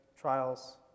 trials